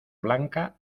blanca